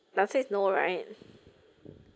let's say no right